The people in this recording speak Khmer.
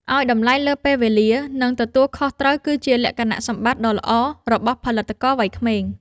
ឱ្យតម្លៃលើពេលវេលា និង ទទួលខុសត្រូវគឺជាលក្ខណៈសម្បត្តិដ៏ល្អរបស់ផលិតករវ័យក្មេង។